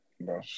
bro